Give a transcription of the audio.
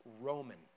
Roman